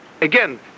Again